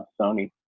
Sony